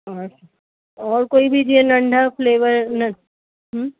और और कोई बि जीअं नंढा फ़्लेवर न हूं